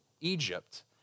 Egypt